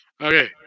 Okay